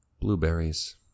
blueberries